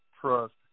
trust